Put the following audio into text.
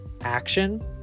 action